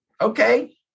okay